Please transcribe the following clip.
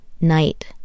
night